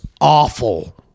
awful